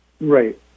Right